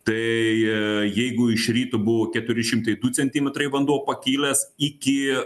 tai jeigu iš ryto buvo keturi šimtai du centimetrai vanduo pakilęs iki